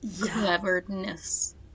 cleverness